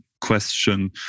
question